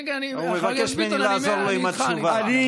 כן, כן, החבר ביטון, אני איתך, אני